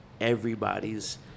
everybody's